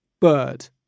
bird